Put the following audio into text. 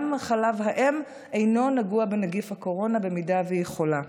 גם חלב האם אינו נגוע בנגיף, גם אם היא חולה.